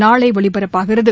நாளை ஒலிபரப்பாகிறது